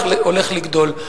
הוא הולך לגדול.